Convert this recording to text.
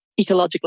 ecologically